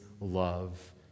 love